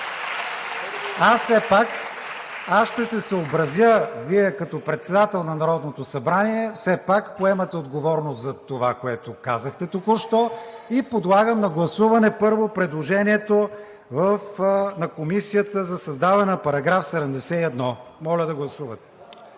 ГЕРБ-СДС.) Аз ще се съобразя. Вие като председател на Народното събрание все пак поемате отговорност за това, което казахте току-що. Подлагам на гласуване първо предложението на Комисията за създаване на § 71. АТАНАС КОСТАДИНОВ